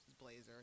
blazer